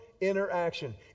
interaction